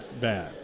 bad